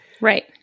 Right